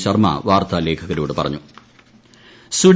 ശർമ്മ വാർത്താലേഖകരോട് പറഞ്ഞു